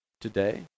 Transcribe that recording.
today